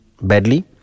badly